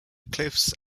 cliffs